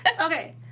Okay